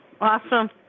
Awesome